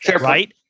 right